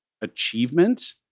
achievement